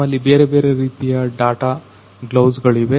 ನಮ್ಮಲ್ಲಿ ಬೇರೆ ಬೇರೆ ರೀತಿಯ ಡಾಟಾ ಗ್ಲೌಸ್ ಗಳು ಇವೆ